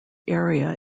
area